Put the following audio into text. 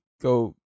go